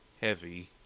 heavy